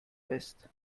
west